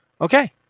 Okay